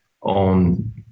on